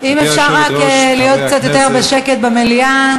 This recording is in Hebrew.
אנחנו עוברים להצעה הבאה: